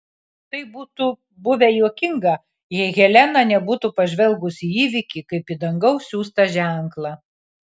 tai būtų buvę juokinga jeigu helena nebūtų pažvelgus į įvykį kaip į dangaus siųstą ženklą